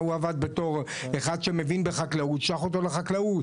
ההוא עבד בתור אחד שמבין בחקלאות שלח אותו לחקלאות.